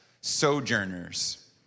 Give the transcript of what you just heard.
sojourners